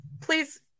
please